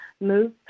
move